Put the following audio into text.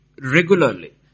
regularly